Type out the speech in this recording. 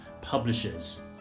publishers